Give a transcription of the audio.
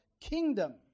kingdom